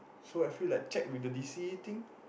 so I feel like check with the d_c thing